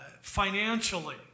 financially